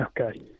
okay